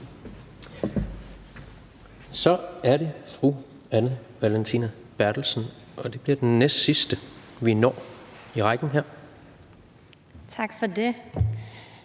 Så er det fru Anne Valentina Berthelsen, og det bliver den næstsidste, vi når, i rækken her. Kl.